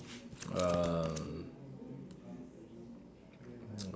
um